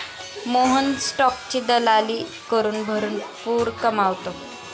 मोहन स्टॉकची दलाली करून भरपूर कमावतो